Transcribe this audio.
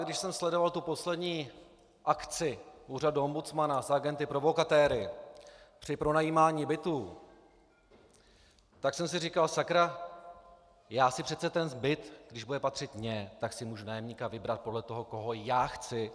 Když jsem sledoval poslední akci úřadu ombudsmana s agenty provokatéry při pronajímání bytů, tak jsem si říkal: Sakra, já si přece ten byt, když bude patřit mně, tak si můžu nájemníka vybrat podle toho, koho já chci.